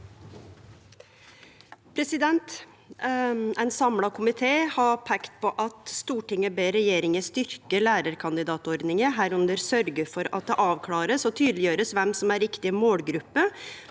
følgende v e d t a k : I Stortinget ber regjeringen styrke lærekandidatordningen, herunder sørge for at det avklares og tydeliggjøres hvem som er riktig målgruppe